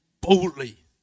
boldly